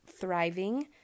thriving